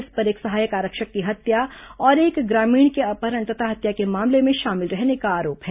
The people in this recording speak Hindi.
इस पर एक सहायक आरक्षक की हत्या और एक ग्रामीण के अपहरण तथा हत्या के मामले में शामिल रहने का आरोप है